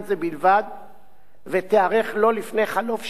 ותיערך לא לפני חלוף שישה חודשים מיום הקריאה השלישית.